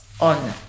on